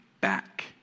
back